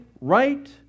right